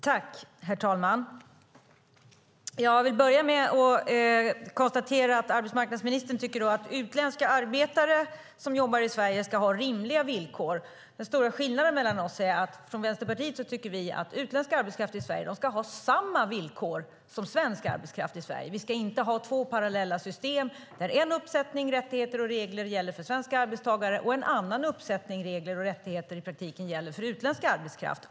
Herr talman! Jag vill börja med att konstatera att arbetsmarknadsministern tycker att utländska arbetare som jobbar i Sverige ska ha rimliga villkor. Den stora skillnaden är att vi i Vänsterpartiet tycker att utländsk arbetskraft i Sverige ska ha samma villkor som svensk arbetskraft i Sverige. Vi ska inte ha två parallella system där en uppsättning rättigheter och regler gäller för svenska arbetstagare och i praktiken en annan uppsättning regler och rättigheter gäller för utländsk arbetskraft.